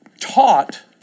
taught